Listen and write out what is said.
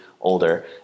older